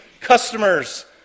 customers